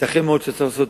ייתכן מאוד שצריך לעשות